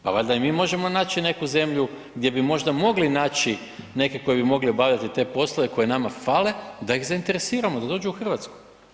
Pa valjda možemo i mi naći neku zemlju gdje bi možda mogli naći neke koje bi mogli obavljati te poslove koji nama fale da ih zainteresiramo da dođu u Hrvatsku.